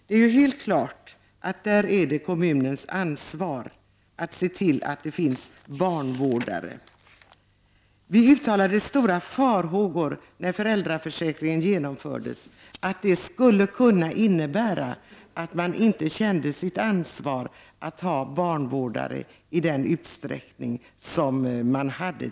Det står helt klart att det är kommunens ansvar att se till att det finns barnvårdare. När föräldraförsäkringen infördes uttalade vi stora farhågor för att kommunerna inte skulle känna ansvar för att ha barnvårdare i samma utsträckning som tidigare.